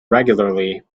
regularly